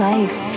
Life